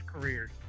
careers